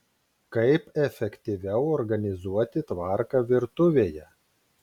kaip efektyviau organizuoti tvarką virtuvėje